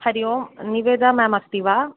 हरि ओं निवेदा म्याम् अस्ति वा